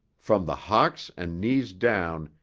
from the hocks and knees down,